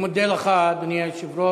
אני מודה לך, אדוני היושב-ראש.